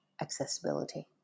accessibility